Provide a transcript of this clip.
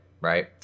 right